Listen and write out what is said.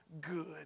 good